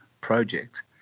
project